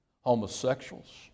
homosexuals